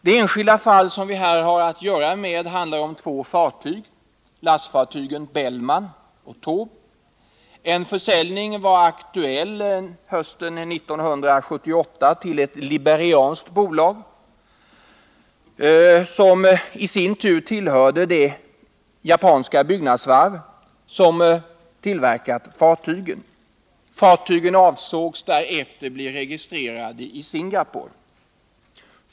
Det enskilda fall som vi här har att göra med handlar om två fartyg, lastfartygen Bellman och Taube. En försäljning var aktuell hösten 1978 till ett liberianskt bolag tillhörigt ett av de japanska byggnadsvarv som byggt fartygen. Fartygen avsågs därefter bli registrerade i Singapore.